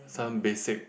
some basic